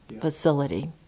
facility